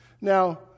Now